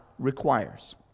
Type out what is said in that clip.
requires